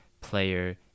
player